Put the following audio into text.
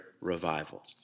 revival